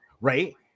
right